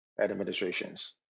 administrations